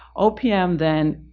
opm then,